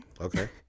Okay